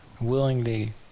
willingly